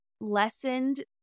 lessened